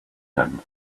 him